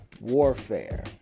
Warfare